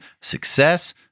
success